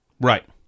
Right